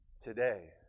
today